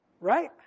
right